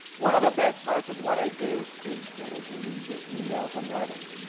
one of the best parts of what i do is getting to read your emails and letters.